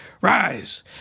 rise